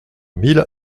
mille